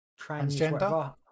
transgender